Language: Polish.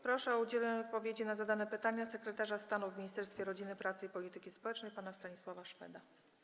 Proszę o udzielenie odpowiedzi na zadane pytania sekretarza stanu w Ministerstwie Rodziny, Pracy i Polityki Społecznej pana Stanisława Szweda.